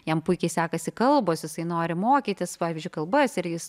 jam puikiai sekasi kalbos jisai nori mokytis pavyzdžiui kalbas ir jis